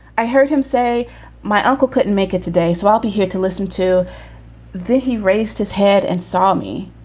i heard him say my uncle couldn't make it today, so i'll be here to listen to that. he raised his head and saw me.